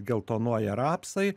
geltonuoja rapsai